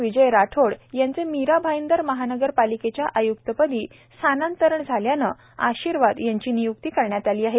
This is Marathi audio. विजय राठोड यांचे मीरा भाईदर महानगर पालिकेच्या आय्क्तपदी स्थानांतरण झाल्याने आशीर्वाद यांची निय्क्ती करण्यात आली आहे